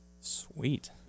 sweet